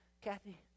Kathy